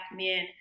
men